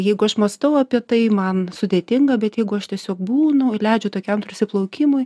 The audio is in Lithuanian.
jeigu aš mąstau apie tai man sudėtinga bet jeigu aš tiesiog būnu ir leidžiu tokiam tarsi plaukimui